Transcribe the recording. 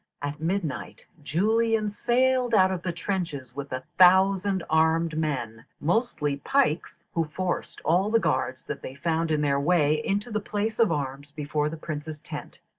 at midnight julian sallied out of the trenches with a thousand armed men, mostly pikes, who forced all the guards that they found in their way into the place of arms before the prince's tent,